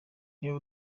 niba